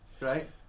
Right